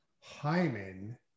Hyman